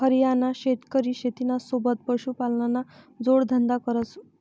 हरियाणाना शेतकरी शेतीना सोबत पशुपालनना जोडधंदा करस